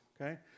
okay